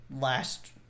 last